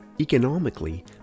economically